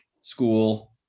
school